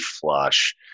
flush